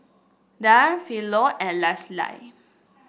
Darl Philo and Leslie